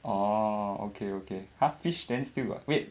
orh okay okay !huh! fish then still got wait